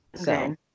Okay